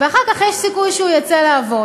ואחר כך יש סיכוי שהוא יצא לעבוד.